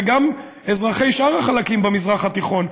וגם אזרחי שאר החלקים במזרח התיכון,